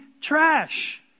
trash